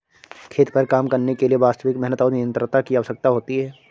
खेत पर काम करने के लिए वास्तविक मेहनत और निरंतरता की आवश्यकता होती है